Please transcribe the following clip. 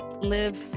live